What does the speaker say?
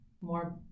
more